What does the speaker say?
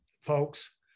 folks